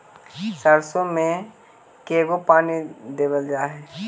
सरसों में के गो पानी देबल जा है?